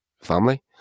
family